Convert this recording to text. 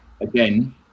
again